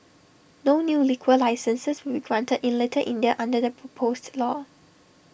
no new liquor licences will be granted in little India under the proposed law